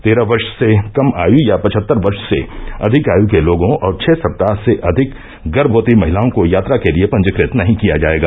तेरह वर्ष से कम आयु या पचहत्तर वर्ष से अधिक आयु के लोगों और छह सप्ताह से अधिक गर्भवती महिलाओं को यात्रा के लिए पंजीकृत नहीं किया जाएगा